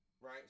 right